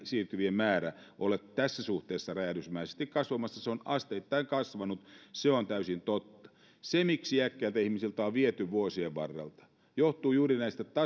siirtyvien määrä ole tässä suhteessa räjähdysmäisesti kasvamassa se on asteittain kasvanut se on täysin totta se miksi iäkkäiltä ihmisiltä on viety vuosien varrella johtuu juuri näistä